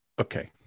Okay